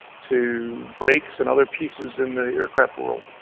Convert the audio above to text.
to brakes and other pieces in the aircraft world.